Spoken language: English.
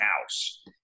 house